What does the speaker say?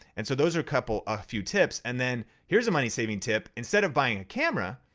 and so those are a couple a few tips. and then here's a money saving tip. instead of buying a camera,